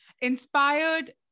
inspired